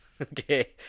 Okay